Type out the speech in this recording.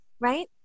right